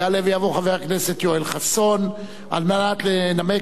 יעלה ויבוא חבר הכנסת יואל חסון על מנת לנמק